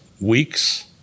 weeks